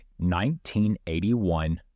1981